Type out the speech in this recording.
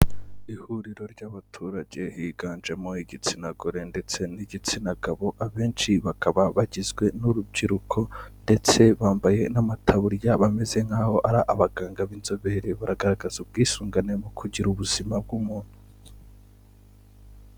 Ihuriro ry'abaturage higanjemo igitsina gore ndetse n'igitsina gabo, abenshi bakaba bagizwe n'urubyiruko ndetse bambaye n'amataburiya, bameze nk'aho ari abaganga b'inzobere baragaragaza ubwisungane mu kugira ubuzima bw'umuntu.